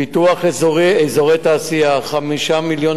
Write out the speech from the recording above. פיתוח אזורי תעשייה, 5.4 מיליון,